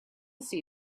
see